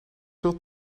veel